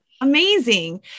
Amazing